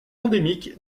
endémique